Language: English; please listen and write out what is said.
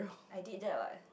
I did that what